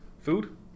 food